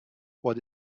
what